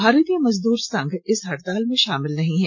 भारतीय मजदूर संघ इस हड़ताल में शामिल नहीं हैं